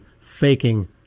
Faking